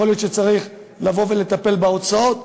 יכול להיות שצריך לטפל בהוצאות,